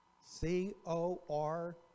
C-O-R